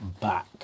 back